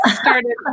started